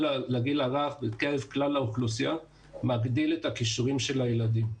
לגיל הרך בקרב כלל האוכלוסיות מגדיל את הכישורים של הילדים.